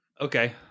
Okay